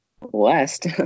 West